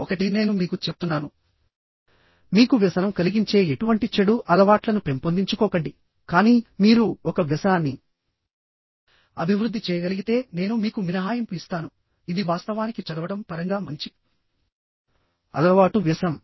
ఒకటి నేను మీకు చెప్తున్నానుమీకు వ్యసనం కలిగించే ఎటువంటి చెడు అలవాట్లను పెంపొందించుకోకండి కానీ మీరు ఒక వ్యసనాన్ని అభివృద్ధి చేయగలిగితే నేను మీకు మినహాయింపు ఇస్తాను ఇది వాస్తవానికి చదవడం పరంగా మంచి అలవాటు వ్యసనం